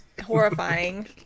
Horrifying